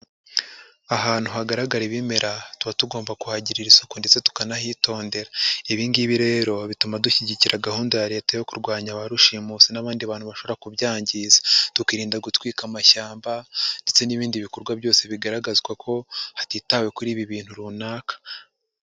Ahantu hagaragara ibimera tuba tugomba kuhagirira isuku ndetse tukanahitondera, ibi ngibi rero bituma dushyigikira gahunda ya Leta yo kurwanya ba rushimusi n'abandi bantu bashobora kubyangiza, tukirinda gutwika amashyamba, ndetse n'ibindi bikorwa byose bigaragazwa ko hatitawe kuri ibi bintu runaka.